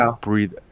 breathe